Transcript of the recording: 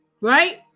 Right